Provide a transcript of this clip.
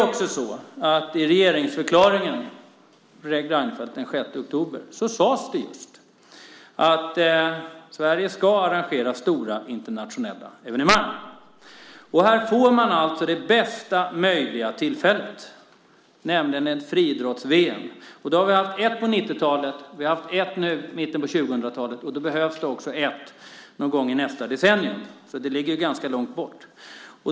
I regeringsförklaringen, som Fredrik Reinfeldt lämnade den 6 oktober, sades det att Sverige ska arrangera stora internationella evenemang. Här får man alltså det bästa möjliga tillfället, nämligen ett friidrotts-VM. Vi har haft ett på 90-talet, och vi har haft ett på mitten av 00-talet. Och det behövs ett någon gång i nästa decennium. Det ligger ganska långt bort.